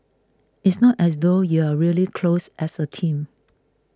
it's not as though you're really close as a team